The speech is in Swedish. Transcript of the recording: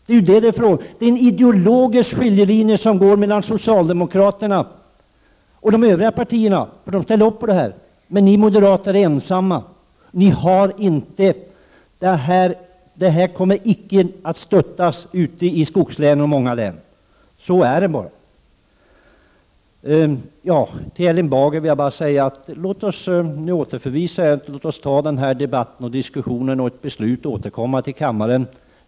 Det går en ideologisk skiljelinje mellan socialdemokraterna och de övriga partierna å ena sidan och er moderater å den andra. Ert förslag kommer inte att stöttas ute i skogslänen och i många andra län. Så förhåller det sig. Till Erling Bager vill jag bara säga: Låt oss nu ta den här debatten, återförvisa och sedan återkomma i kammaren.